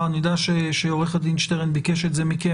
יודע שעורך הדין שטרן ביקש את זה מכם